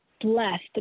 blessed